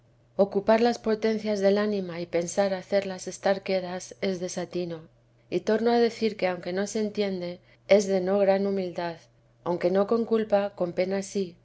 ocupar las potencias del ánima y pensar hacerlas estar quedas es desatino y torno a decir que aunque no se entiende es de no gran humildad aunque no con culpa con pena sí